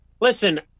Listen